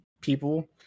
people